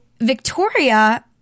Victoria